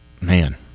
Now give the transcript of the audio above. Man